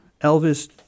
Elvis